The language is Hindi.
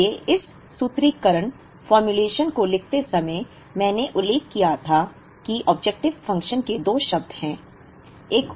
इसलिए इस सूत्रीकरण फॉर्मूलेशन को लिखते समय मैंने उल्लेख किया था कि ऑब्जेक्टिव फंक्शन के दो शब्द हैं